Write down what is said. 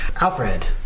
Alfred